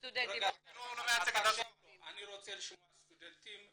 ------ אני רוצה לשמוע סטודנטים.